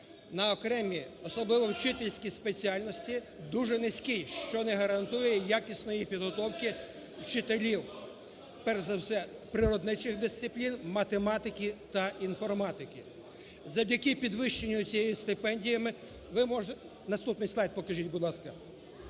на окремі, особливо вчительські спеціальності, дуже низький, що не гарантує якісної підготовки вчителів, перш за все, природничих дисциплін, математики та інформатики. Завдяки підвищення цих стипендій, наступний слайд покажіть, будь ласка,